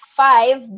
five